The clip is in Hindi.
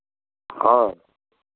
हाँ